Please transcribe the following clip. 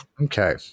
Okay